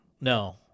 no